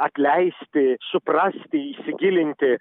atleisti suprasti įsigilinti